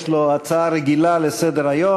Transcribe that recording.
יש לו הצעה רגילה לסדר-היום,